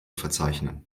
verzeichnen